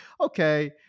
okay